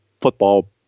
football